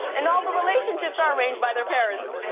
and all the relationships are arranged by their parents.